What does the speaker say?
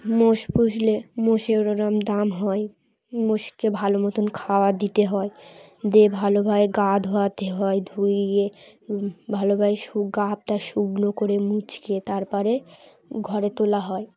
মোষ পুষলে মোষের ওরম দাম হয় মোষকে ভালো মতন খাওয়া দিতে হয় দিয়ে ভালোভাবে গা ধোয়াতে হয় ধুইয়ে ভালোভাবে গা টা শুকনো করে মুচকে তারপরে ঘরে তোলা হয়